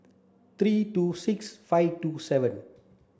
three two six five two seven